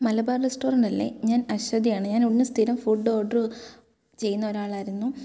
മലബാർ റെസ്റ്റോറൻ്റല്ലേ ഞാൻ അശ്വതിയാണ് ഞാൻ അവിടുന്ന് സ്ഥിരം ഫുഡ് ഓർഡർ ചെയ്യുന്ന ഒരാളായിരുന്നു